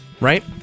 right